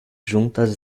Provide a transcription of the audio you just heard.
juntas